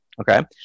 okay